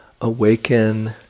awaken